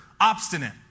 obstinate